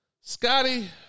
Scotty